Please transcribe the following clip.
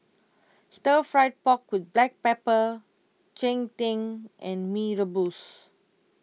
Stir Fried Pork with Black Pepper Cheng Tng and Mee Rebus